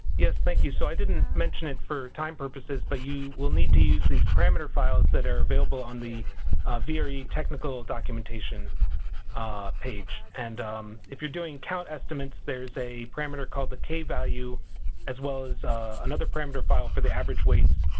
yes thank you. so i didn't mention it for time purposes but you will need to use these parameter files that are available on the vre technical documentation page. and if you're doing count estimates there's a parameter called the k-value as well as another parameter file for the average weights.